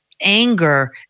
anger